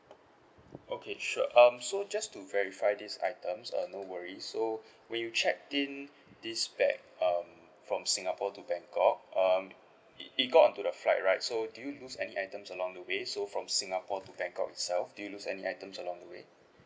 okay sure um so just to verify these items uh no worries so when you checked in this bag um from singapore to bangkok um it it got onto the flight right so did you lose any items along the way so from singapore to bangkok itself did you lose any items along the way